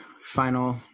final